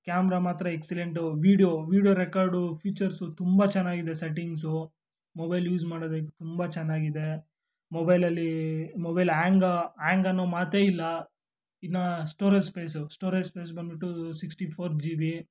camera ಮಾತ್ರ excellent video video record features ತುಂಬಾ ಚನಾಗಿದೆ ಸೆಟಿಂಗ್ಸು ಮೊಬೈಲ್ ಯೂಸ್ ಮಾಡೋದಿಕ್ ತುಂಬ ಚನಾಗಿದೆ ಮೊಬೈಲಲ್ಲಿ ಮೊಬೈಲ್ ಆ್ಯಂಗ್ ಆ್ಯಂಗನ್ನೋ ಮಾತೇ ಇಲ್ಲ ಇನ್ನಾ ಸ್ಟೋರೇಜ್ ಸ್ಪೇಸು ಸ್ಟೋರೇಜ್ ಸ್ಪೇಸ್ ಬಂದ್ಬಿಟ್ಟು ಸಿಕ್ಸ್ಟಿ ಫೋರ್ ಜಿ ಬಿ